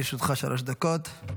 לרשותך שלוש דקות.